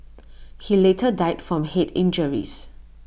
he later died from Head injuries